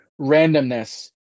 randomness